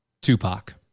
tupac